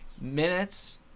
minutes